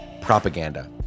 Propaganda